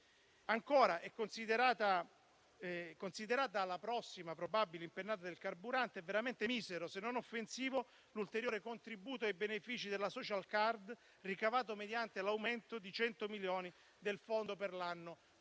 Ancora, considerata la prossima probabile impennata del carburante, è veramente misero se non offensivo l'ulteriore contributo ai benefici della *social card* ricavato mediante l'aumento di 100 milioni del fondo per l'anno